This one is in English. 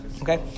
Okay